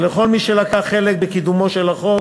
ולכל מי שלקח חלק בקידומו של החוק.